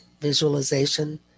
visualization